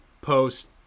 post